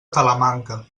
talamanca